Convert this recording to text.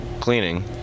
cleaning